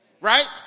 right